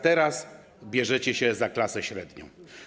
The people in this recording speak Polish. Teraz bierzecie się za klasę średnią.